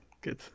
Good